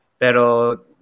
pero